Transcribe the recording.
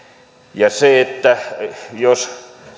ja jos